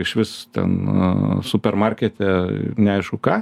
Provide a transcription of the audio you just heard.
išvis ten supermarkete neaišku ką